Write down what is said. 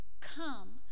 come